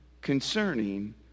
concerning